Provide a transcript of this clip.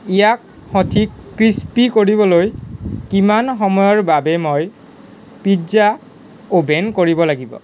ইয়াক সঠিক ক্ৰিস্পি কৰিবলৈ কিমান সময়ৰ বাবে মই পিজ্জা অ'ভেন কৰিব লাগিব